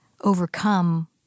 overcome